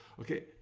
okay